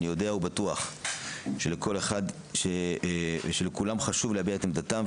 אני יודע ובטוח שלכולם חשוב להביע את עמדתם.